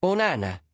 Onana